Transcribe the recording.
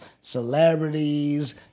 celebrities